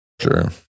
Sure